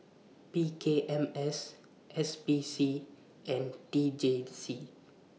P K M S S P C and T J C